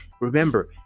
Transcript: remember